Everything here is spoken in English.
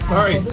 Sorry